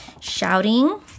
shouting